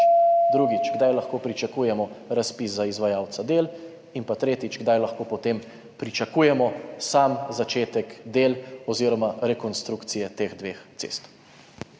zemljišč? Kdaj lahko pričakujemo razpis za izvajalca del? Kdaj lahko potem pričakujemo začetek del oziroma rekonstrukcije teh dveh cest?